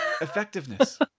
effectiveness